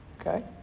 Okay